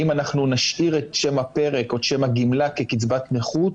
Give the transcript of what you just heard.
האם נשאיר את שם הפרק או שם הגמלה כקצבת נכות